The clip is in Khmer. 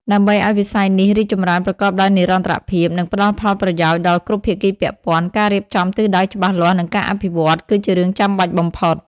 ដើម្បីឲ្យវិស័យនេះរីកចម្រើនប្រកបដោយនិរន្តរភាព និងផ្ដល់ផលប្រយោជន៍ដល់គ្រប់ភាគីពាក់ព័ន្ធ ការរៀបចំទិសដៅច្បាស់លាស់ និងការអភិវឌ្ឍន៍ គឺជារឿងចាំបាច់បំផុត។